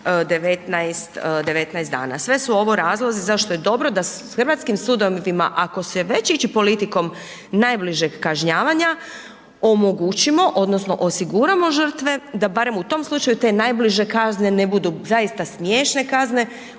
19 dana. Sve su ovo razlozi zašto je dobro da hrvatskim sudovima ako se već ići politikom najbližeg kažnjavanja omogućimo odnosno osiguramo žrtve da barem u tom slučaju te najbliže kazne ne budu zaista smiješne kazne